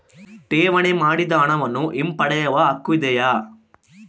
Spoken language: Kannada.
ಠೇವಣಿ ಮಾಡಿದ ಹಣವನ್ನು ಹಿಂಪಡೆಯವ ಹಕ್ಕು ಇದೆಯಾ?